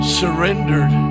surrendered